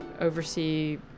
oversee